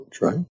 right